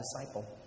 disciple